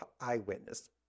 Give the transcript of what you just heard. eyewitness